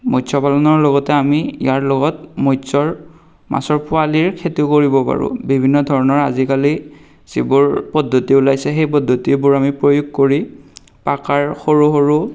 মস্য পালনৰ লগতে আমি ইয়াৰ লগত মস্যৰ মাছৰ পোৱালিৰ খেতিও কৰিব পাৰোঁ বিভিন্ন ধৰণৰ আজিকালি যিবোৰ পদ্ধতি ওলাইছে সেই পদ্ধতিবোৰ আমি প্ৰয়োগ কৰি পাকাৰ সৰু সৰু